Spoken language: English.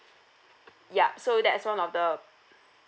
ya so that's one of the